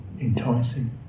enticing